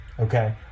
okay